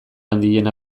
handiena